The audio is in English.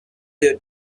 there